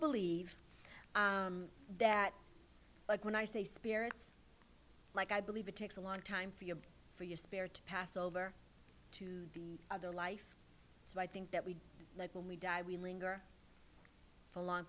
believe that like when i say spirits like i believe it takes a long time for you for your spirit to pass over the other life so i think that we know when we die we linger for a long